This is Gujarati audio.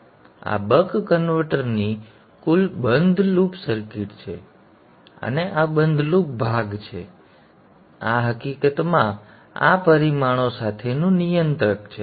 હવે આ બક કન્વર્ટરની કુલ બંધ લૂપ સર્કિટ છે અને આ બંધ લૂપ ભાગ છે અને આ હકીકતમાં આ પરિમાણો સાથેનું નિયંત્રક છે